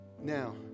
Now